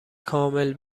کامل